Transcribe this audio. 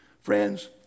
friends